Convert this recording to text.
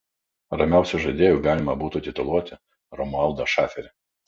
ramiausiu žaidėju galima būtų tituluoti romualdą šaferį